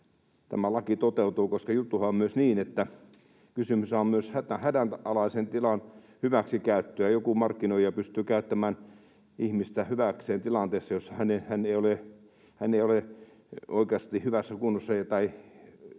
tämä laki toteutuu, koska juttuhan on myös niin, että kysymyshän on myös hädänalaisen tilan hyväksikäytöstä. Joku markkinoija pystyy käyttämään ihmistä hyväkseen tilanteessa, jossa hän ei ole oikeasti hyvässä kunnossa